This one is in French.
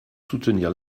soutenir